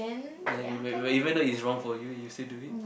then when when even though it's wrong for you you still do it